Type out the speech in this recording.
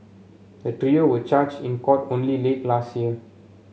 the trio were charge in court only late last year